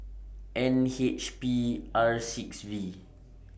N H P R six V